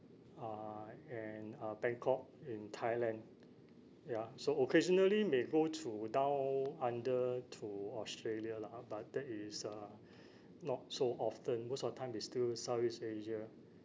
uh and uh bangkok in thailand ya so occasionally may go to down under to australia lah but that is uh not so often most of the time is still southeast asia